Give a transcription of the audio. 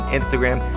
Instagram